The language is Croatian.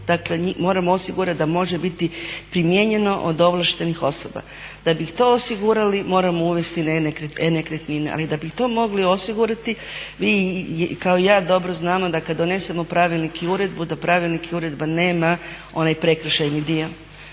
dakle moramo osigurat da može biti primijenjeno od ovlaštenih osoba. Da bi to osigurali moramo uvesti e-nekretnine, ali da bi to mogli osigurati vi kao i ja dobro znamo da kada donesemo pravilnik i uredbu da pravilnik i uredba nema onaj prekršajni dio.